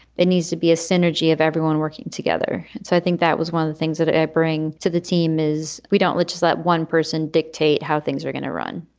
that needs to be a synergy of everyone working together. so i think that was one of the things that i bring to the team is we don't let just let one person dictate how things are going to run.